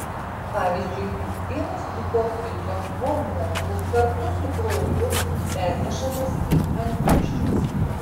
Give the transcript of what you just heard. pavyzdžiui vienas hipofizio hormonų kartu su krauju pernešamas į antinksčius